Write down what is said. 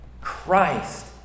christ